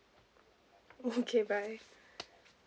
okay bye